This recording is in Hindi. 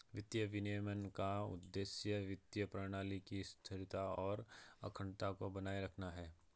वित्तीय विनियमन का उद्देश्य वित्तीय प्रणाली की स्थिरता और अखंडता को बनाए रखना है